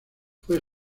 fue